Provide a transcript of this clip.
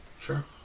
Sure